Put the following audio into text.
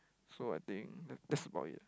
so I think that that's about it ah